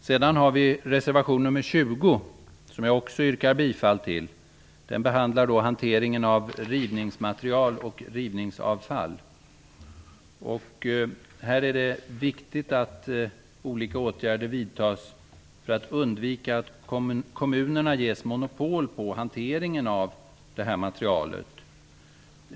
Sedan har vi reservation nr 20, som jag också yrkar bifall till. Den behandlar hanteringen av rivningsmaterial och rivningsavfall. Här är det viktigt att olika åtgärder vidtas för att undvika att kommunerna ges monopol på hanteringen av det här materialet.